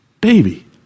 baby